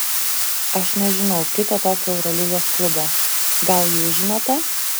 aš nežinau kito tokio eurolygos klubo gal jūs žinote